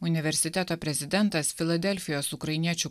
universiteto prezidentas filadelfijos ukrainiečių